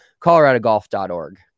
ColoradoGolf.org